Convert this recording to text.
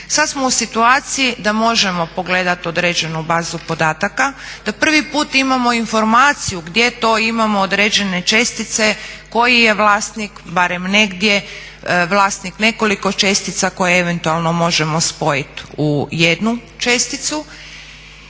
Sad smo u situaciji da možemo pogledat određenu bazu podataka, da prvi put imamo informaciju gdje to imamo određene čestice, koji je vlasnik barem negdje vlasnik nekoliko čestica koje eventualno možemo spojit u jednu česticu.